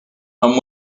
and